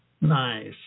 Nice